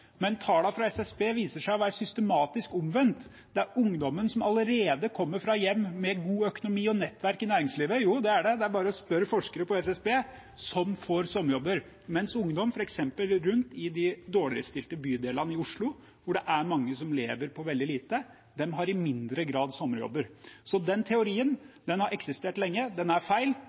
men tallene fra SSB viser seg å være systematisk omvendt: det er ungdommen som allerede kommer fra hjem med god økonomi og nettverk i næringslivet – jo, det er det, det er bare å spørre forskere på SSB – som får sommerjobber. Mens ungdom f.eks. rundt i de dårligere stilte bydelene i Oslo, hvor det er mange som lever på veldig lite, i mindre grad har sommerjobber. Den teorien har eksistert lenge, og den er feil.